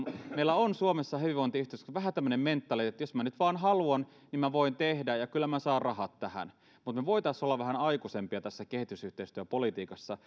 meillä on suomessa hyvinvointiyhteiskunnassa vähän tämmöinen mentaliteetti että jos minä nyt vaan haluan niin minä voin tehdä ja ja kyllä minä saan rahat tähän mutta me voisimme olla vähän aikuisempia tässä kehitysyhteistyöpolitiikassa